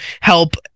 help